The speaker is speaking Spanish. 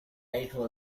hijo